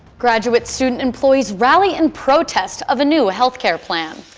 graduate student employees rally in protest of a new health care plan.